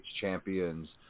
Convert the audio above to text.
champions